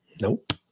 Nope